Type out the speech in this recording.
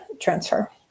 transfer